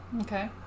Okay